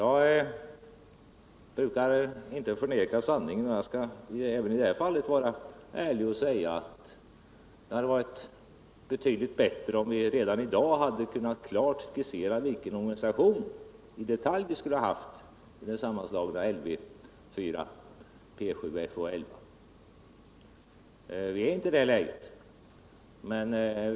Jag brukar inte förneka sanningen, och jag skall även i det här fallet vara ärlig och säga att det hade varit betydligt bättre om vi redan i dag hade kunnat i detalj skissera vilken organisation vi skulle ha efter sammanslagningen av Lv 4 med P 7/Fo 11. Men vi är inte i det läget.